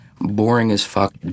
boring-as-fuck